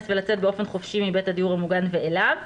ולצאת באופן חופשי מבית הדיור המוגן ואליו.